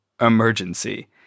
emergency